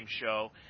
show